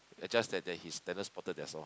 and just that that his standard better that's all